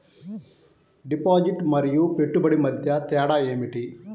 Deposit మరియు పెట్టుబడి మధ్య తేడా ఏమిటి?